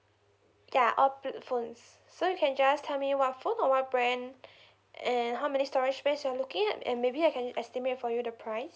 yeah phones so you can just tell me what phone or what brand and how many storage space you're looking at and maybe I can estimate for you the price